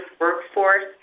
workforce